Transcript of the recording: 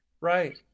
Right